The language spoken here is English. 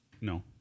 No